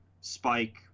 Spike